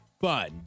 fun